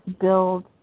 build